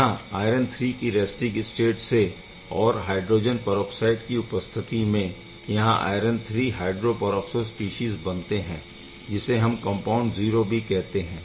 यहाँ iron III की resting state से और हायड्रोजन परऑक्साइड की उपस्थिती में यहाँ आयरन III हायड्रोपरऑक्सो स्पीशीज़ बनते है जिसे हम कम्पाउण्ड 0 भी कहते है